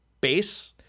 base